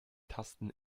tasten